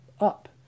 up